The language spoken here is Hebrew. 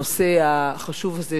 הנושא החשוב הזה,